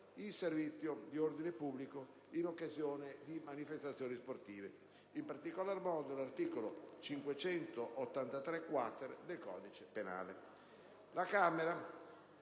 in servizio di ordine pubblico in occasione di manifestazioni sportive (in particolar modo l'articolo 583-*quater* del codice penale). La Camera